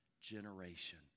generation